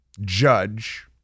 judge